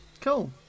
Cool